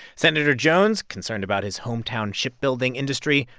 senator jones, concerned about his hometown shipbuilding industry,